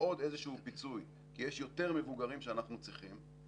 עוד איזשהו פיצוי כי יש יותר מבוגרים שאנחנו צריכים,